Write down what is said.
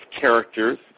characters